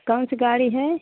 कौन सी गाड़ी है